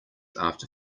after